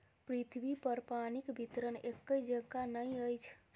पृथ्वीपर पानिक वितरण एकै जेंका नहि अछि